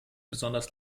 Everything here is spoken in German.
besonders